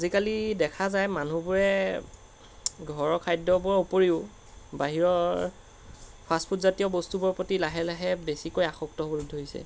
আজিকালি দেখা যায় মানুহবোৰে ঘৰৰ খাদ্যবোৰৰ উপৰিও বাহিৰৰ ফাষ্টফুডজাতীয় বস্তুবোৰৰ প্ৰতি লাহে লাহে বেছিকৈ আসক্ত হ'বলৈ ধৰিছে